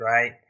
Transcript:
right